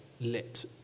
lit